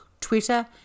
Twitter